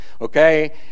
Okay